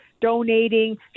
donating